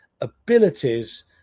abilities